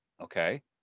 okay